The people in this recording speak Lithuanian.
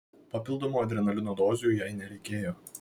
papildomų adrenalino dozių jai nereikėjo